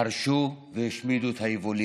חרשו והשמידו את היבולים.